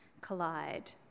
collide